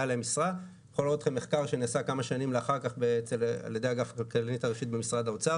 --- במחקר שנעשה כמה שנים אחר כך על ידי הכלכלנית הראשית במשרד האוצר